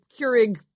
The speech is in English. Keurig